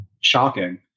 shocking